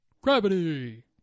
gravity